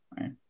Right